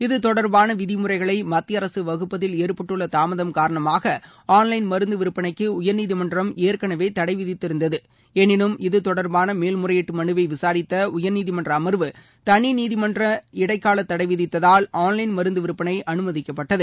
இது தொடர்பான விதிமுறைகளை மத்திய அரசு வகுப்பதில் ஏற்பட்டுள்ள தாமதம் காரணமாக ஆன்லைன் மருந்து விற்பனைக்கு உயா்நீதிமன்றம் ஏற்கௌவே தடை விதித்திருந்தது எளினும் இது தொடர்பான மேல் முறையீட்டு மனுவை விசாரித்த உயர்நீதிமன்ற அமர்வு தனிநீதிமன்ற இடைக்கால தடை விதித்ததால் ஆன்லைன் மருந்து விற்பனை அனுமதிக்கப்பட்டது